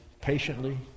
patiently